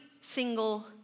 single